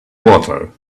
water